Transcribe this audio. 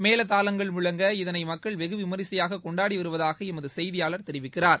மேளதாளங்கள் முழங்க இதனை மக்கள வெகு விமரிசையாக கொண்டாடி வருவதாக எமது செய்தியாளர் தெரிவிக்கிறார்